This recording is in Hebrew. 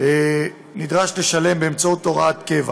נדרש לשלם באמצעות הוראת קבע.